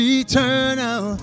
eternal